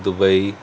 Dubai